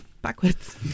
Backwards